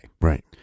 Right